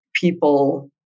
people